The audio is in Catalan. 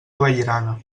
vallirana